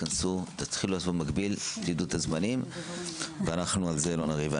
תתכנסו, תדעו את הזמנים ועל זה לא נריב.